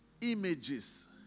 images